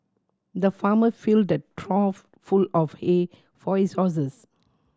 the farmer filled a trough full of hay for his horses